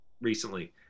recently